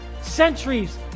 centuries